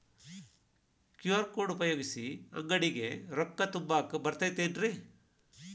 QR code ಉಪಯೋಗಿಸಿ, ಅಂಗಡಿಗೆ ರೊಕ್ಕಾ ತುಂಬಾಕ್ ಬರತೈತೇನ್ರೇ?